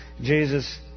Jesus